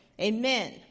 Amen